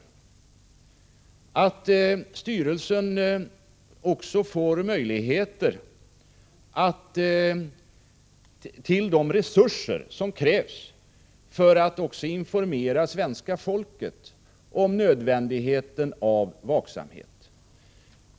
Den nya styrelsen måste också få de resurser som krävs för att informera svenska folket om nödvändigheten av vaksamhet.